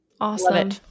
Awesome